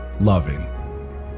loving